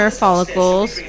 follicles